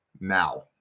now